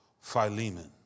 Philemon